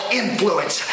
influence